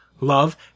Love